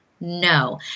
No